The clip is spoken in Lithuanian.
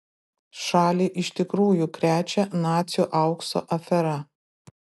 šalį iš tikrųjų krečia nacių aukso afera